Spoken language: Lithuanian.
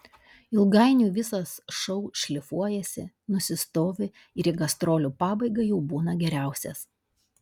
ilgainiui visas šou šlifuojasi nusistovi ir į gastrolių pabaigą jau būna geriausias